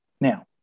Now